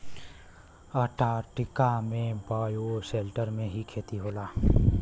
Antarctica में bioshelter में ही खेती होला